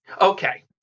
Okay